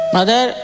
Mother